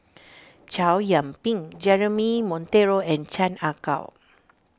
Chow Yian Ping Jeremy Monteiro and Chan Ah Kow